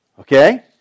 Okay